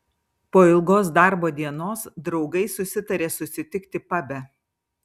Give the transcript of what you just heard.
po ilgos darbo dienos draugai susitarė susitikti pabe